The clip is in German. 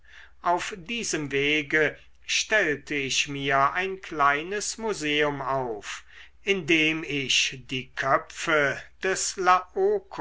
auf diesem wege stellte ich mir ein kleines museum auf indem ich die köpfe des